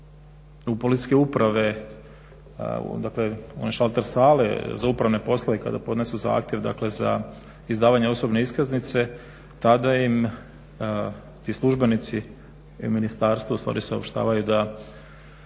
u policijske uprave, dakle onaj šalter sale za upravne poslove i kada podnesu zahtjev dakle za izdavanje osobne iskaznice tada im ti službenici i ministarstvo ustvari saopćavaju da